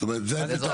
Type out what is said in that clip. זאת אומרת זה הפתרון